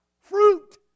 Fruit